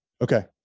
Okay